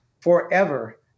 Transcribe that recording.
forever